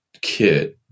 kit